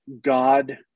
God